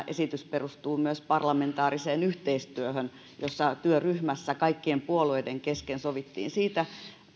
esitys perustuu myös parlamentaariseen yhteistyöhön jossa työryhmässä kaikkien puolueiden kesken sovittiin